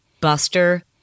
Buster